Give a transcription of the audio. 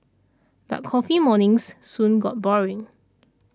but coffee mornings soon got boring